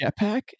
jetpack